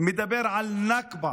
שמדבר על נכבה,